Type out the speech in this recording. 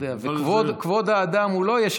כבוד האדם הוא לא,